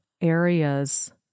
areas